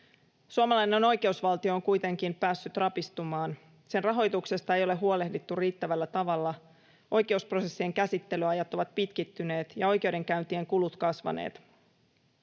Suomalainen oikeusvaltio on kuitenkin päässyt rapistumaan. Sen rahoituksesta ei ole huolehdittu riittävällä tavalla. Oikeusprosessien käsittelyajat ovat pitkittyneet ja oikeudenkäyntien kulut kasvaneet.